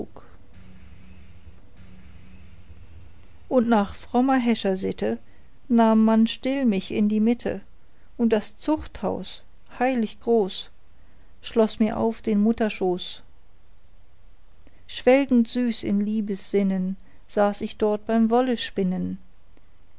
und nach frommer häschersitte nahm man still mich in die mitte und das zuchthaus heilig groß schloß mir auf den mutterschoß schwelgend süß in liebessinnen saß ich dort beim